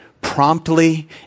promptly